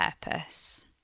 purpose